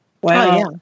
Wow